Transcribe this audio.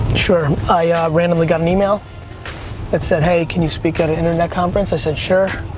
sure, i ah randomly got an email that said, hey, can you speak at an internet conference? i said sure.